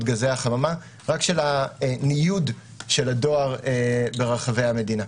גזי החממה רק של הניוד של הדואר ברחבי המדינה.